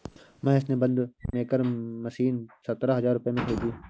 महेश ने बंद maker machine सतरह हजार रुपए में खरीदी